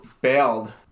bailed